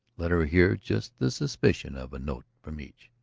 let her hear just the suspicion of a note from each.